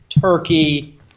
Turkey